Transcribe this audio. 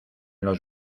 los